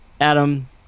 Adam